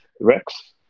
Rex